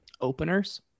openers